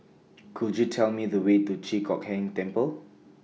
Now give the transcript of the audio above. Could YOU Tell Me The Way to Chi Hock Keng Temple